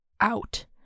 out